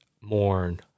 mourn